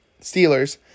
Steelers